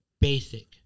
Basic